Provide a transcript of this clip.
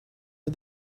are